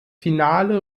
finale